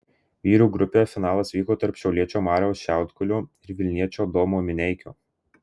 vyrų grupėje finalas vyko tarp šiauliečio mariaus šiaudkulio ir vilniečio domo mineikio